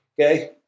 Okay